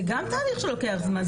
זה גם תהליך שלוקח זמן,